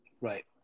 Right